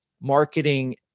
marketing